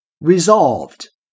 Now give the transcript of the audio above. Resolved